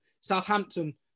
Southampton